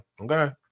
Okay